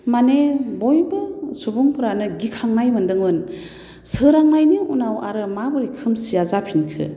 माने बयबो सुबुंफोरानो गिखांनाय मोनदोंमोन सोरांनायनि उनाव माबोरै खोमसिया जाफिनखो